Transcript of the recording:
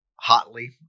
hotly